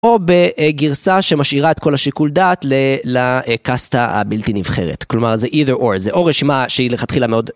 או בגרסה שמשאירה את כל השיקול דעת לקסטה הבלתי נבחרת. כלומר, זה either or, זה או רשימה שהיא לכתחילה מאוד...